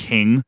King